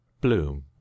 bloom